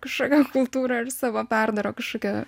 kažkokią kultūrą ir savo perdaro kažkokią